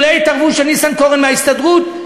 אילולא התערבות של ניסנקורן מההסתדרות,